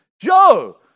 Joe